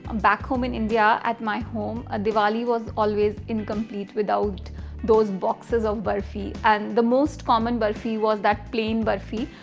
um back home in india at my home ah diwali was always incomplete without those boxes of burfi. and the most common burfi was that plane burfi.